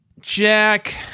Jack